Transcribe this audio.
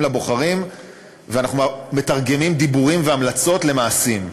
לבוחרים ומתרגמים דיבורים והמלצות למעשים.